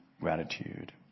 gratitude